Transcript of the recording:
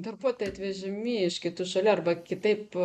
darbuotojai atvežami iš kitų šalių arba kitaip